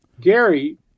Gary